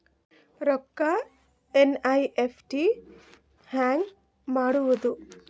ರೊಕ್ಕ ಎನ್.ಇ.ಎಫ್.ಟಿ ಹ್ಯಾಂಗ್ ಮಾಡುವುದು?